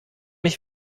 ich